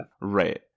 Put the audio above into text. right